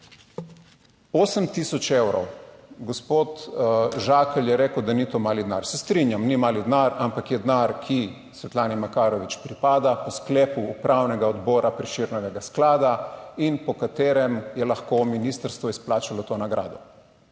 8000 evrov, gospod Žakelj je rekel, da ni to mali denar. Se strinjam, ni mali denar, ampak je denar, ki Svetlani Makarovič pripada po sklepu Upravnega odbora Prešernovega sklada in po katerem je lahko ministrstvo izplačalo to nagrado